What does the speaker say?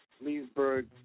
Leesburg